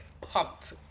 pumped